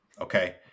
okay